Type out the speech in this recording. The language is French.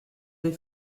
des